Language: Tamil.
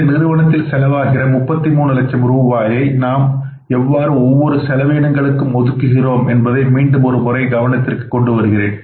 இந்த நிறுவனத்தில் செலவாகின்ற முப்பத்தி மூன்று லட்சம் ரூபாயை நாம் எவ்வாறு ஒவ்வொரு செலவினங்களுக்கு ஒதுக்குகிறோம் என்பதை மீண்டும் ஒருமுறை கவனத்திற்கு கொண்டு வருகிறேன்